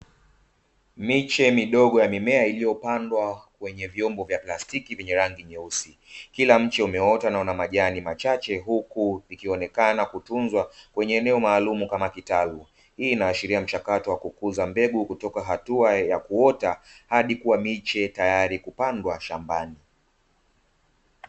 Miche midogo ya mimea iliyopandwa kwenye vyombo vya plastiki vyenye rangi nyeusi, kila mche umeota na una majani machache huku ikionekana kutunzwa kwenye eneo maalumu kama kitalu, hii inaashiria mchakato wa kukuza mbegu, kutoka hatua ya kuota hadi kuwa miche tayari kupandwa shambani.